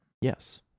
Yes